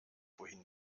wohin